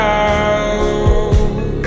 out